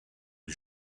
les